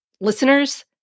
listeners